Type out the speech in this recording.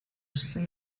sri